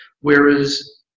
Whereas